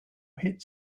hit